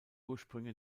ursprünge